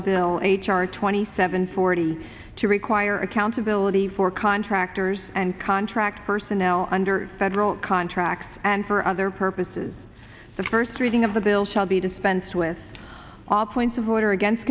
the bill h r twenty seven forty to require accountability for contractors and contract personnel under federal contracts and for other purposes the first reading of the bill shall be dispensed with all points of order against